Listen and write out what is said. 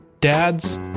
Dads